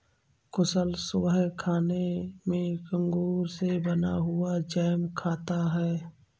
कुशल सुबह खाने में अंगूर से बना हुआ जैम खाता है